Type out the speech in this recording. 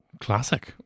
Classic